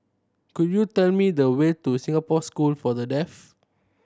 could you tell me the way to Singapore School for The Deaf